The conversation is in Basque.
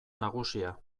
nagusia